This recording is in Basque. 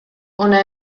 hona